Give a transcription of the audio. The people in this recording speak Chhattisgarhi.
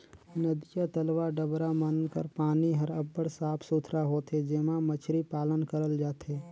नदिया, तलवा, डबरा मन कर पानी हर अब्बड़ साफ सुथरा होथे जेम्हां मछरी पालन करल जाथे